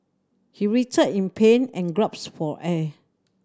he writhed in pain and for air